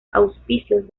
auspicios